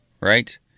right